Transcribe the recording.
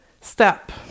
step